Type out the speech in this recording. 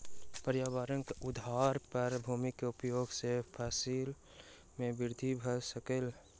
पर्यावरणक आधार पर भूमि के उपयोग सॅ फसिल में वृद्धि भ सकै छै